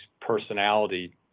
personality